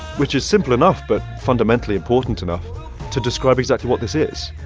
which is simple enough but fundamentally important enough to describe exactly what this is.